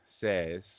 says